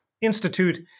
Institute